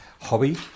hobby